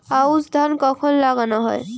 আউশ ধান কখন লাগানো হয়?